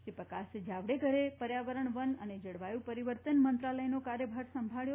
શ્રી પ્રકાશ જાવડેકરે પરર્યાવરણ વન અને જળ વાયુ પરિવર્તન મંત્રાલયનો કાર્યભાર સંભાળયો